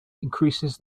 increases